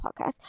podcast